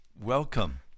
Welcome